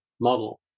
model